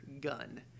gun